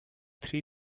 three